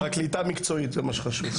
פרקליטה מקצועית זה מה שחשוב.